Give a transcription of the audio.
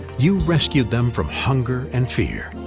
you rescued them from hunger and fear.